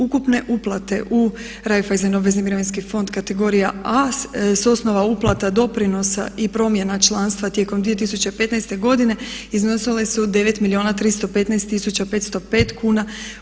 Ukupne uplate u Reiffeisen obvezni mirovinski fond kategorija A sa osnova uplata doprinosa i promjena članstva tijekom 2015. godine iznosile su 9 milijuna 315 tisuća 505 kuna.